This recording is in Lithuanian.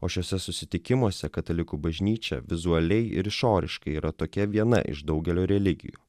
o šiuose susitikimuose katalikų bažnyčia vizualiai ir išoriškai yra tokia viena iš daugelio religijų